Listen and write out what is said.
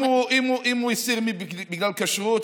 אם הוא הסיר בגלל כשרות,